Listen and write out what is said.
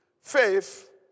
faith